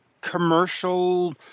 commercial